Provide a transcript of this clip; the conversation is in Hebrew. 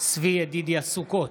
צבי ידידיה סוכות,